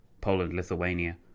Poland-Lithuania